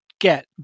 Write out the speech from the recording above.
get